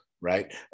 right